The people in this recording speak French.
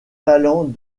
talents